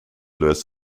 lewis